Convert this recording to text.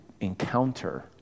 encounter